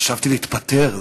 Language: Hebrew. חשבתי להתפטר,